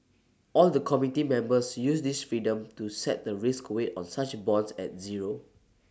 all the committee members use this freedom to set the risk weight on such bonds at zero